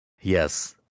yes